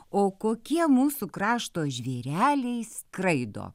o kokie mūsų krašto žvėreliai skraido